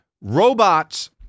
Robots